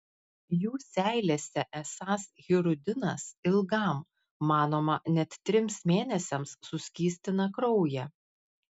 jų seilėse esąs hirudinas ilgam manoma net trims mėnesiams suskystina kraują